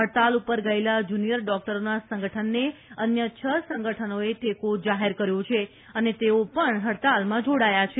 હડતાળ પર ગયેલા જુનિયર ડોકટરોના સંગઠનને અન્ય છ સંગઠનોએ ટેકો જાહેર કર્યો છે અને તેઓ પણ હડતાળમાં જોડાયા છે